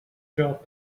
job